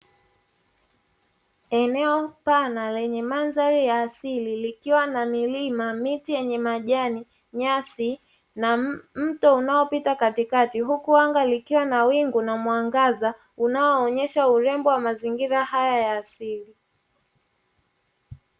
Eneo pana lenye mandhari ya asili likiwa na milima, miti yenye majani, nyasi na mto unaopita katikati huku anga likiwa na wingu na mwangaza unao onyesha urembo wa mazingira haya ya asili.